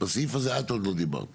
בסעיף הזה את עוד לא דיברת עוד.